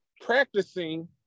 practicing